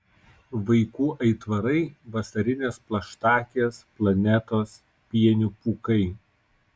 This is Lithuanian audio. vaikų aitvarai vasarinės plaštakės planetos pienių pūkai